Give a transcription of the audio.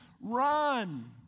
run